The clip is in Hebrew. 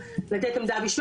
רשות האוכלוסין וההגירה,